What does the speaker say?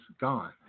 gone